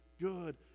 good